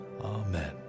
amen